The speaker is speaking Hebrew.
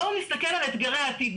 בואו נסתכל על אתגרי העתיד.